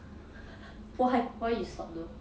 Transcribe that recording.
why why you stop though